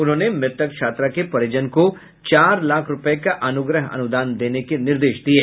उन्होंने मृतक छात्रा के परिजन को चार लाख रूपये का अनुग्रह अनुदान देने के निर्देश दिया है